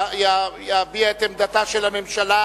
יביע את עמדתה של הממשלה,